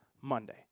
Monday